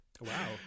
Wow